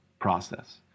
process